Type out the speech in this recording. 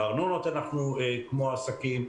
בארנונות אנחנו כמו עסקים,